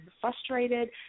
frustrated